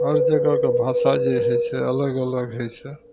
हर जगहके भाषा जे होइ छै अलग अलग होइ छै